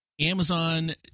Amazon